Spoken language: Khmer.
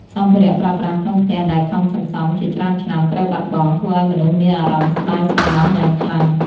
សម្ភារៈប្រើប្រាស់ក្នុងផ្ទះដែលខំសន្សំជាច្រើនឆ្នាំត្រូវបាត់បង់ ធ្វើឱ្យមនុស្សមានអារម្មណ៍ស្តាយស្រណោះយ៉ាងខ្លាំង។